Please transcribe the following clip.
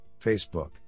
Facebook